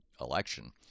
election